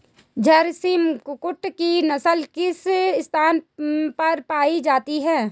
झारसिम कुक्कुट की नस्ल किस स्थान पर पाई जाती है?